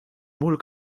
mul